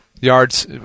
Yards